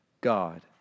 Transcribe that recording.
God